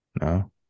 no